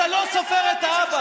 למה כשנולד הילד אתה לא סופר את האבא?